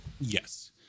Yes